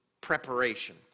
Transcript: Preparation